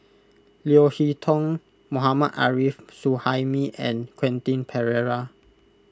Leo Hee Tong Mohammad Arif Suhaimi and Quentin Pereira